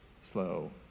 slow